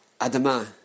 Adama